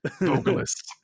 vocalist